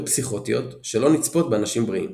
פסיכוטיות שלא נצפות באנשים בריאים.